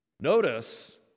notice